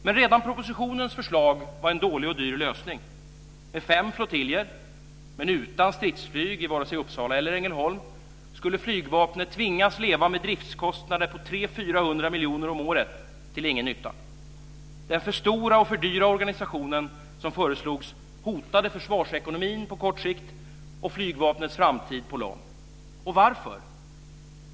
Men redan propositionens förslag var en dålig och dyr lösning. Med fem flottiljer, men utan stridsflyg i både Uppsala och Ängelholm, skulle Flygvapnet tvingas leva med driftskostnader på 300 miljoner till 400 miljoner om året till ingen nytta. Den för stora och för dyra organisation som föreslogs hotade försvarsekonomin på kort sikt och Flygvapnets framtid på lång. Varför?